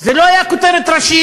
זה לא היה כותרת ראשית.